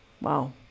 Wow